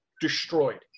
destroyed